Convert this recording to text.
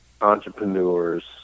entrepreneurs